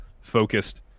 focused